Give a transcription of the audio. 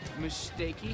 mistakey